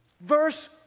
verse